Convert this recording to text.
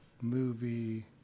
movie